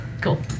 Cool